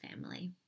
family